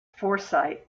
foresight